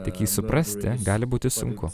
tik jį suprasti gali būti sunku